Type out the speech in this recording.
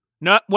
No